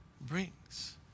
brings